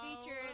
featured